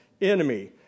enemy